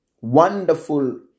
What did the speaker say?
Wonderful